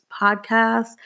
podcast